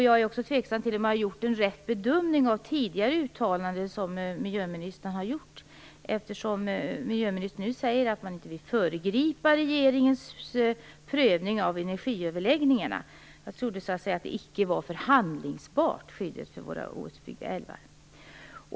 Jag är också tveksam till om jag har gjort en rätt bedömning av tidigare uttalanden som miljöministern har gjort, eftersom miljöministern nu säger att man inte vill föregripa regeringens prövning av energiöverläggningarna. Jag trodde att skyddet för våra outbyggda älvar icke var förhandlingsbart.